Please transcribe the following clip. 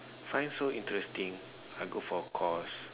find so interesting I go for a course